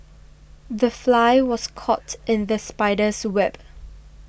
the fly was caught in the spider's web